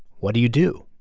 what do you do?